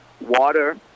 water